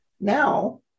Now